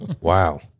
Wow